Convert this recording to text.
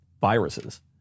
viruses